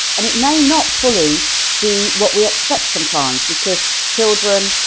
and it may not fully be what we expect sometimes because children